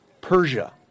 Persia